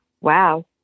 Wow